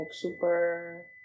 super